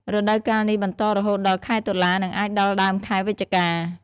រដូវកាលនេះបន្តរហូតដល់ ខែតុលា និងអាចដល់ដើមខែវិច្ឆិកា។